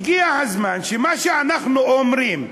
הגיע הזמן שמה שאנחנו אומרים,